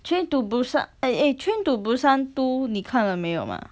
train to busan eh eh train to busan two 你看了没有吗